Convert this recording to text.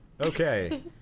Okay